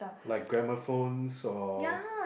like gramophones or